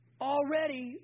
already